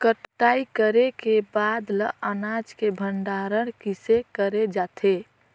कटाई करे के बाद ल अनाज के भंडारण किसे करे जाथे?